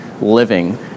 living